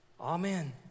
Amen